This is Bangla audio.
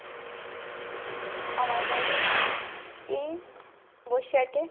আমার বাড়ি এই বসিরহাটে